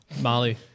Molly